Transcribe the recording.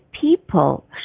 people